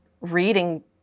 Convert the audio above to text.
reading